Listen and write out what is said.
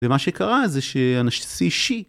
ומה שקרה זה שהנשיא שי